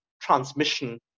transmission